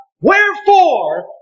Wherefore